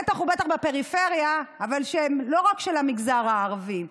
בטח ובטח בפריפריה, אבל לא רק של המגזר הערבי.